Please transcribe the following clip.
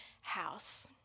house